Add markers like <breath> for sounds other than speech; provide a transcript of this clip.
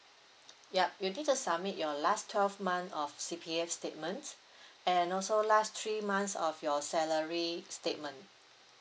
<noise> yup you need to submit your last twelve month of C_P_F statement <breath> and also last three months of your salary statement